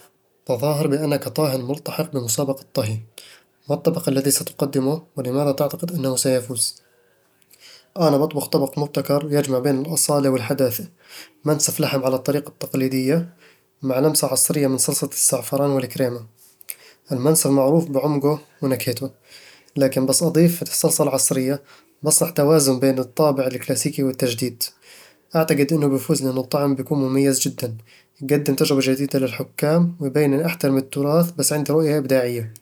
تظاهر بأنك طاهٍ ملتحق بمسابقة طهي. ما الطبق الذي ستقدمه؟ ولماذا تعتقد أنه سيفوز؟ أنا بطبخ طبق مبتكر يجمع بين الأصالة والحداثة: منسف لحم على الطريقة التقليدية، مع لمسة عصرية من صلصة الزعفران والكريمة المنسف معروف بعمقه ونكهته ، لكن بس أضيف الصلصة العصرية، بصنع توازن بين الطابع الكلاسيكي والتجديد أعتقد إنه بيفوز لأن الطعم بيكون مميز جدًا، يقدم تجربة جديدة للحكام، ويبين إني أحترم التراث بس عندي رؤية إبداعية